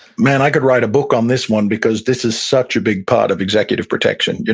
man, i could write a book on this one because this is such a big part of executive protection. you know